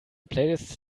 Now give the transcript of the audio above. playlists